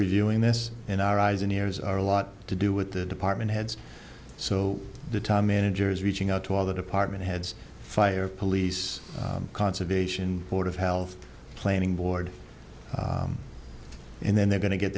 reviewing this in our eyes and ears are a lot to do with the department heads so the town manager is reaching out to other department heads fire police conservation board of health planning board and then they're going to get